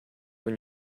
when